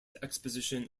exposition